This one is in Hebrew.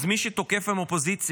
אז מי שתוקף היום את האופוזיציה,